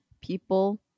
people